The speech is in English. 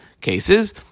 cases